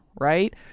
right